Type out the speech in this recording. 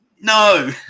No